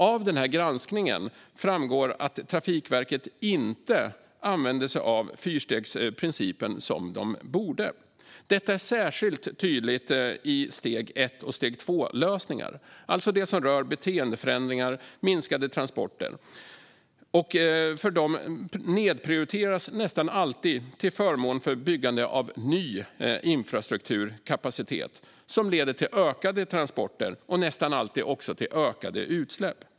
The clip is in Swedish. Av denna granskning framgår att Trafikverket inte använder sig av fyrstegsprincipen som de borde. Detta är särskilt tydligt i steg 1 och steg 2-lösningar, alltså det som rör beteendeförändringar och minskade transporter. De nedprioriteras nästan alltid till förmån för byggande av ny infrastrukturkapacitet, som leder till ökade transporter och nästan alltid till ökade utsläpp.